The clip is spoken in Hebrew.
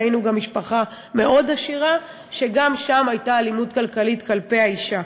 ראינו משפחה מאוד עשירה שגם שם הייתה אלימות כלכלית כלפי האישה.